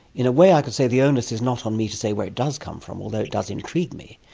in a way i could say the onus is not on me to say where it does come from, although it does intrigue me,